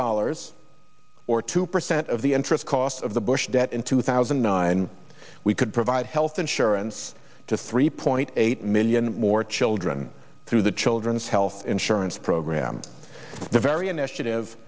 dollars or two percent of the interest cost of the bush debt in two thousand and nine we could provide health insurance to three point eight million more children through the children's health insurance program the very initiative